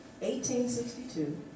1862